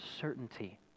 certainty